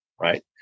right